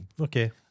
Okay